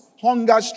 hunger